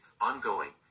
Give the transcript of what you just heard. ongoing